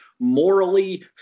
morally